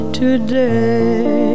today